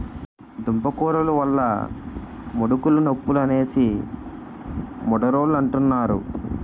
దుంపకూరలు వల్ల ముడుకులు నొప్పులు అనేసి ముదరోలంతన్నారు